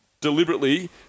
deliberately